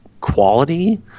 quality